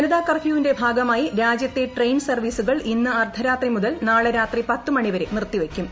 ജനത കർഫ്യൂവിന്റെ ഭാഗമായി രാജ്യത്തെ ട്രെയിൻ സർവ്വീസുകൾ ഇന്ന് അർദ്ധരാത്രി മുതൽ നാളെ രാത്രി പത്ത് മണിവരെ നിർത്തിവയ്ക്കും